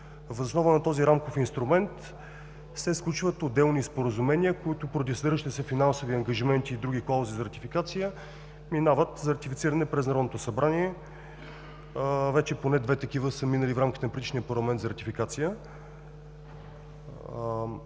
Въз основа на този рамков инструмент се сключват отделни споразумения, които поради съдържащите се финансови ангажименти и други клаузи за ратификация, минават за ратифициране през Народното събрание. Вече поне две такива са минали в рамките на предишния парламент за ратификация.